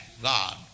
God